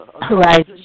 Right